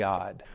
God